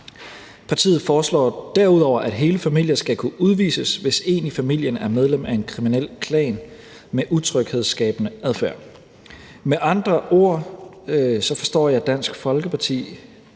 Partiet foreslår derudover, at hele familier skal kunne udvises, hvis en i familien er medlem af en kriminel klan med utryghedsskabende adfærd. Med andre ord forstår jeg Dansk Folkepartis